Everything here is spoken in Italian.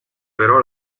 però